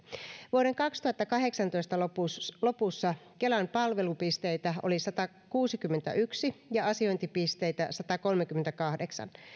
vuoden kaksituhattakahdeksantoista lopussa lopussa kelan palvelupisteitä oli satakuusikymmentäyksi ja asiointipisteitä satakolmekymmentäkahdeksan